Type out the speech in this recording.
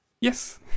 Yes